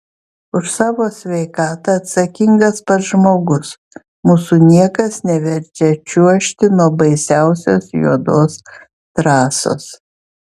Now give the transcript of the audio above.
už savo sveikatą atsakingas pats žmogus mūsų niekas neverčia čiuožti nuo baisiausios juodos trasos